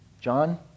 John